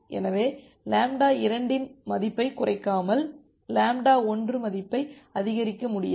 எனவே λ2 வின் மதிப்பை குறைக்காமல் λ1 மதிப்பை அதிகரிக்க முடியாது